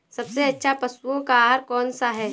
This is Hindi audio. सबसे अच्छा पशुओं का आहार कौन सा होता है?